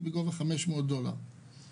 בניכוי סך של 500 דולר כהשתתפות עצמית.